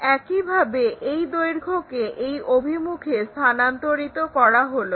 একইভাবে এই দৈর্ঘ্যকে এই অভিমুখে স্থানান্তরিত করা হলো